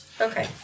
Okay